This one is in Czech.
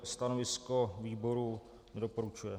Stanovisko výboru: nedoporučuje.